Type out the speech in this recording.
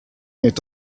est